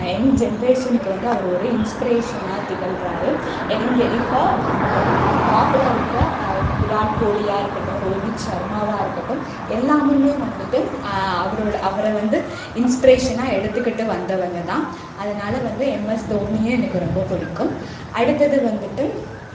எங் ஜென்ரேஷனுக்கு வந்து அவர் ஒரு இன்ஸ்ப்ரேஷனாக திகழ்கிறாரு எலிங்க இப்போ டாப்ல இருக்க விராட் கோலியாக இருக்கட்டும் ரோஹித் ஷர்மாவாக இருக்கட்டும் எல்லாமுமே வந்துட்டு அவரோட அவரை வந்து இன்ஸ்ப்ரேஷனாக எடுத்துக்கிட்டு வந்தவங்க தான் அதனால் வந்து எம்எஸ் தோனியை எனக்கு ரொம்ப பிடிக்கும் அடுத்தது வந்துட்டு